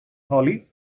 hollie